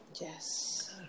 Yes